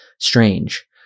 strange